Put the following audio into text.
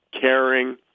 caring